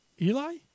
Eli